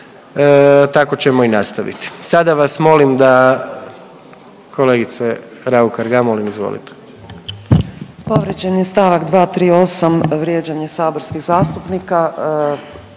tako ćemo i nastaviti. Sada vas molim da, kolegice Raukar Gamulin, izvolite.